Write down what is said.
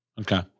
okay